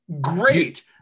great